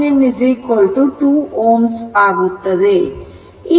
ಆದ್ದರಿಂದ RThevenin 2 Ω ಆಗುತ್ತದೆ